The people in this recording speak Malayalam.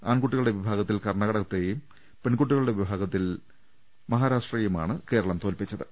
ആൺകുട്ടികളുടെ വിഭാഗത്തിൽ കർണാടകയെയും പെൺകുട്ടി കളുടെ വിഭാഗത്തിൽ മഹാരാഷ്ട്രയെയുമാണ് കേരളം തോൽപ്പിച്ചത്